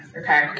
okay